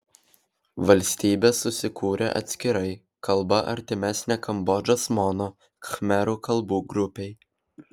valstybė susikūrė atskirai kalba artimesnė kambodžos mono khmerų kalbų grupei